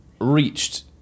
reached